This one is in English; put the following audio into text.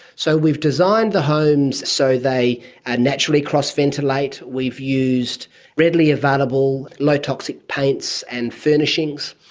so we've designed the homes so they and naturally cross-ventilate. we've used readily available low toxic paints and furnishings.